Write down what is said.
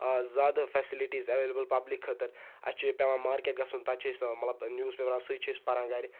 آ زیادٕ facilities available public خٲطرٕ اَسہِ چھُ پیٚوان مارکٮ۪ٹ گَژھُن تَتہِ چھِ أسۍ مطلب نِوٕز پیپَر اَنان سُے چھِ أسۍ پَران گَرِ